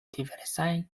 diversaj